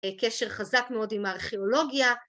‫קשר חזק מאוד עם הארכיאולוגיה.